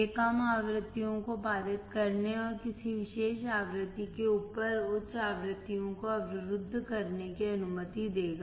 यह कम आवृत्तियों को पारित करने और किसी विशेष आवृत्ति के ऊपर उच्च आवृत्तियों को अवरुद्ध करने की अनुमति देगा